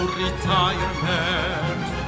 retirement